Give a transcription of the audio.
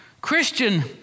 Christian